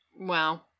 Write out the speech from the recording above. wow